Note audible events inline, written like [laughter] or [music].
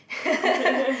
[laughs]